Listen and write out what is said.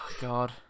God